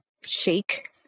shake